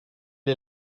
est